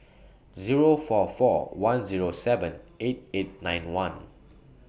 Zero four four one Zero seven eight eight nine one